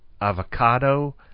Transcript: avocado